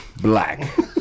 Black